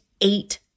eight